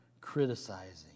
criticizing